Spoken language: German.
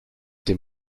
dem